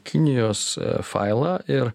kinijos failą ir